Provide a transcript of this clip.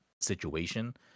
situation